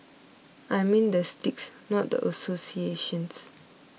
I mean the sticks not the associations